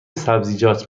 سبزیجات